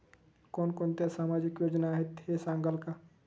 कोणकोणत्या सामाजिक योजना आहेत हे सांगाल का?